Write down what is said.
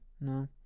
No